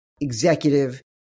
Executive